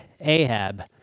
Ahab